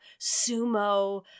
sumo